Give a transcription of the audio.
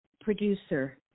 producer